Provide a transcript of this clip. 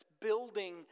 building